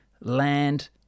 land